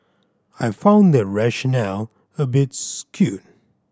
I found that rationale a bit skewed